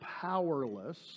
powerless